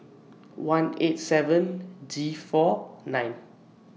one eight seven G four nine